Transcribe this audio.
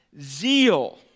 zeal